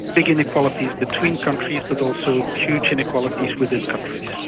big inequalities between countries but also huge inequalities within countries.